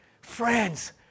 Friends